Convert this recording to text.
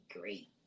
great